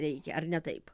reikia ar ne taip